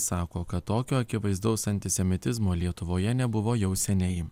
sako kad tokio akivaizdaus antisemitizmo lietuvoje nebuvo jau seniai